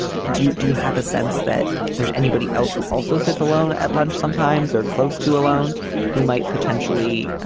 do you do have a sense that there's anybody else who also sits alone at lunch sometimes or close to alone who might potentially